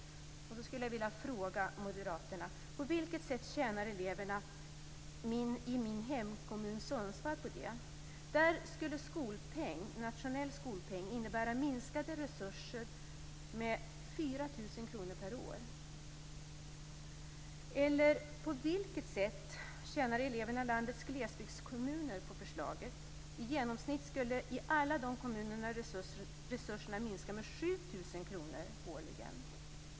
Då skulle jag vilja fråga moderaterna: På vilket sätt tjänar eleverna i min hemkommun Sundsvall på det? Där skulle nationell skolpeng innebära en minskning av resurserna med 4 000 kr per elev och år. Eller på vilket sätt tjänar eleverna i landets glesbygdskommuner på förslaget? I genomsnitt skulle i alla de kommunerna resurserna minska med 7 000 kr årligen per elev.